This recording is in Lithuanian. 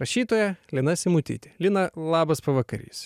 rašytoja lina simutytė lina labas pavakarys